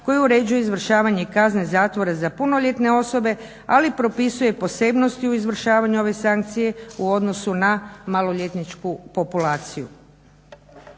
koji uređuje izvršavanje kazne zatvora za punoljetne osobe, ali propisuje posebnosti u izvršavanju ove sankcije u odnosu na maloljetničku populaciju.